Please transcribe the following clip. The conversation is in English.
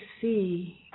see